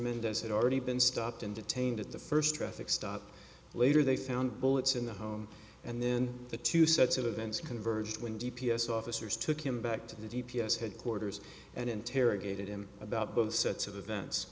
mendez had already been stopped and detained at the first traffic stop later they found bullets in the home and then the two sets of events converged when d p s officers took him back to the d p s headquarters and interrogated him about both sets of events